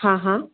हाँ हाँ